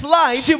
life